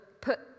put